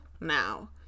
now